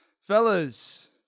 fellas